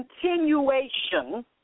continuation